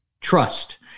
trust